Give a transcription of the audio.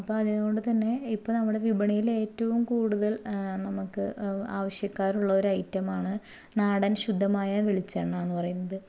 അപ്പം അതുകൊണ്ടു തന്നെ ഇപ്പോൾ നമ്മുടെ വിപണിയിൽ ഏറ്റവും കൂടുതല് നമുക്ക് ആവശ്യക്കാരുള്ള ഒരു ഐറ്റമാണ് നാടന് ശുദ്ധമായ വെളിച്ചെണ്ണ എന്നു പറയുന്നത്